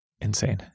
insane